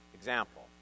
example